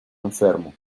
enfermo